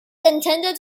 intended